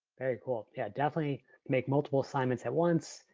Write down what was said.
very cool. yeah definitely make multiple assignments at once.